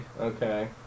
Okay